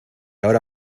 ahora